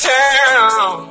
town